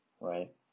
right